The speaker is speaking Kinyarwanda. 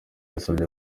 yasabye